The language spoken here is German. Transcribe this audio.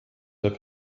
der